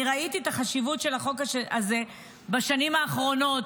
אני ראיתי את החשיבות של החוק הזה בשנים האחרונות.